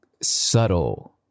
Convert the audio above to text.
subtle